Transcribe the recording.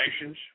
nations